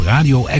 Radio